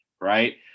right